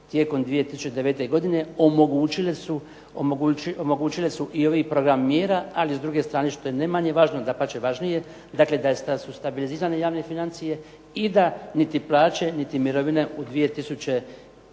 tijekom 2009. godine omogućile su i ovi program mjera, a i s druge strane što je ne manje važno, dapače važnije, dakle da su stabilizirane javne financije i da niti plaće, niti mirovine u 2009.